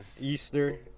Easter